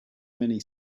many